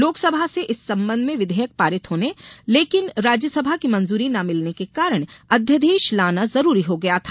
लोकसभा से इस सम्बन्ध में विधेयक पारित होने लेकिन राज्यसभा की मंजूरी न मिलने के कारण अध्यादेश लाना जरूरी हो गया था